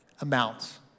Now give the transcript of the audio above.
amounts